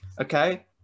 Okay